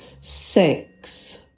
Six